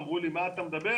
שאלו אותי על מה אני מדבר.